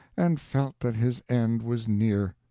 and felt that his end was near.